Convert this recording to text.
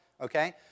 okay